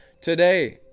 today